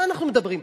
מה אנחנו מדברים?